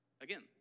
Again